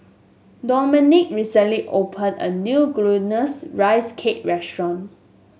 Dominick recently opened a new Glutinous Rice Cake restaurant